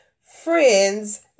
friends